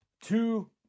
two